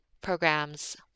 programs